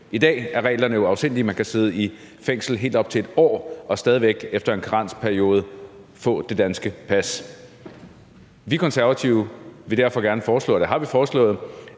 I dag er reglerne jo afsindige: Man kan sidde i fængsel i helt op til et år og stadig væk efter en karensperiode få det danske pas. Vi Konservative har derfor foreslået,